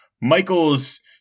michael's